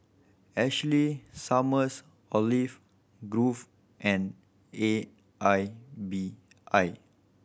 Ashley Summers Olive Grove and A I B I